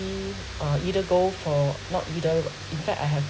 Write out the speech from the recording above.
uh either go for not either in fact I have